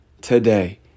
today